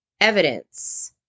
Evidence